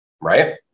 Right